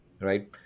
right